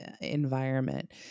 environment